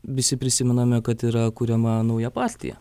visi prisimename kad yra kuriama nauja partija